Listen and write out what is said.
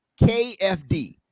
KFD